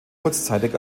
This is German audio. kurzzeitig